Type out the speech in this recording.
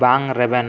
ᱵᱟᱝ ᱨᱮᱵᱮᱱ